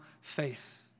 faith